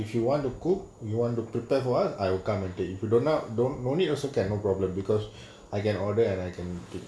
if you want to cook we wanted to prepare for us I will come and take if you don't a don't need a also can no problem because I can order and I can take